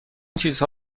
چیزها